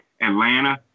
Atlanta